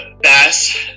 best